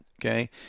okay